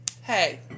Hey